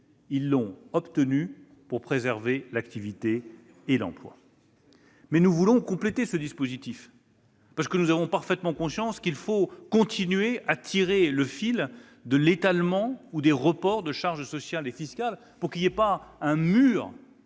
ils l'ont obtenu pour préserver l'activité et l'emploi. Nous voulons compléter ce dispositif, car nous avons parfaitement conscience qu'il faut continuer à tirer le fil de l'étalement ou des reports de charges sociales et fiscales, pour éviter qu'un mur